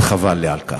וחבל לי על כך.